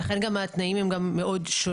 לכן גם התנאים מאוד שונים.